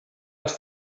als